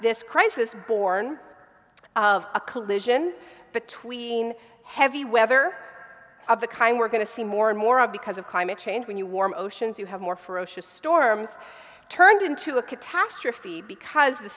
this crisis born of a collision between heavy weather of the kind we're going to see more and more of because of climate change when you warm oceans you have more ferocious storms turned into a catastrophe because the